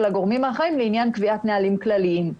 הגורמים האחראים לעניין קביעת נהלים כלליים.